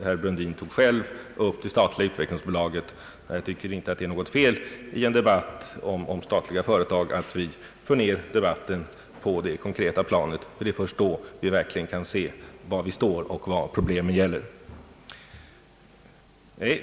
Herr Brundin tog själv upp det statliga utvecklingsbolaget, och jag tycker inte att det är något fel att i en debatt om statliga företag föra ned diskussionen på det konkreta planet. Det är först då som vi verkligen kan se var vi står och vad problemen gäller.